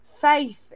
faith